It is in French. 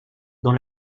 dans